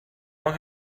long